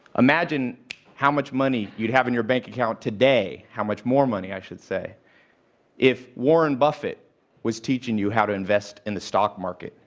imagine how much money you'd have in your bank account today how much more money, i should say if warren buffet was teaching you how to invest in the stock market,